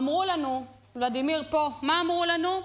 אמרו לנו, ולדימיר פה, מה אמרו לנו?